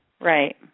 Right